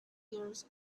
years